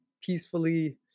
peacefully